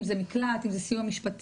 אם זה מקלט אם זה סיוע משפטי,